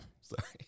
Sorry